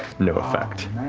no effect.